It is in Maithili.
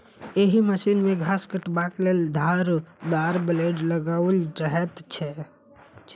एहि मशीन मे घास काटबाक लेल धारदार ब्लेड लगाओल रहैत छै